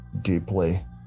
deeply